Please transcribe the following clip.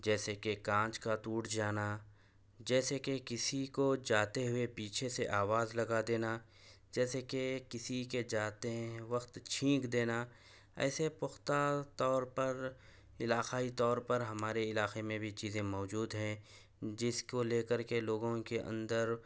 جیسے کہ کانچ کا ٹوٹ جانا جیسے کہ کسی کو جاتے ہوئے پیچھے سے آواز لگا دینا جیسے کہ کسی کے جاتے وقت چھینک دینا ایسے پختہ طور پر علاقائی طور پر ہمارے علاقے میں بھی چیزیں موجود ہیں جس کو لے کر کے لوگوں کے اندر